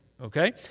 okay